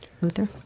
Luther